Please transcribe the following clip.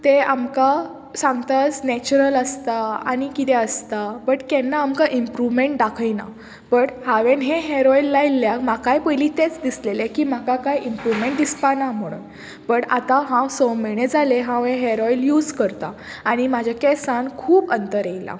तें आमकां सांगता नॅचरल आसता आनी किदें आसता बट केन्ना आमकां इम्प्रूवमेंट दाखयना बट हांवेंन हेअर ऑयल लायिल्ल्याक म्हाकाय पयलीं तेंच दिसलेलें की म्हाका कांय इम्प्रूवमेंट दिसपा ना म्हणून बट आतां हांव स म्हयने जालें हांव हें हेअर ऑयल यूज करतां आनी म्हाज्या केंसान खूब अंतर येयलां